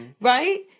right